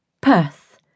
Perth